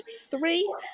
three